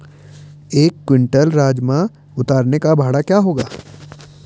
एक क्विंटल राजमा उतारने का भाड़ा क्या होगा?